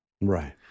Right